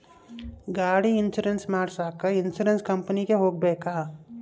ಗಾಡಿ ಇನ್ಸುರೆನ್ಸ್ ಮಾಡಸಾಕ ಇನ್ಸುರೆನ್ಸ್ ಕಂಪನಿಗೆ ಹೋಗಬೇಕಾ?